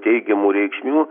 teigiamų reikšmių